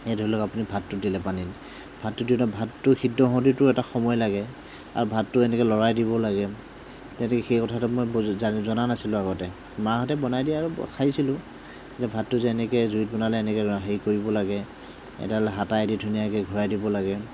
এই ধৰি লওঁক আপুনি ভাতটো দিলে পানীত ভাতটোতো এতিয়া ভাতটো সিদ্ধ হওঁতেতো এটা সময় লাগে আৰু ভাতটো এনেকৈ লৰাই দিব লাগে গতিকে সেই কথাটো মই বুজি জানি জনা নাছিলোঁ আগতে মাহঁতে বনাই দিয়ে আৰু খাইছিলোঁ যে ভাতটো যে এনেকৈ জুইত বনালে এনেকৈ হেৰি কৰিব লাগে এডাল হেতাইদি ধুনীয়াকৈ ঘূৰাই দিব লাগে